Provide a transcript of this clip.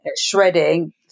shredding